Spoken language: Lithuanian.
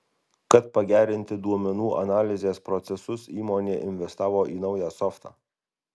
kad pagerinti duomenų analizės procesus įmonė investavo į naują softą